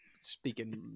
speaking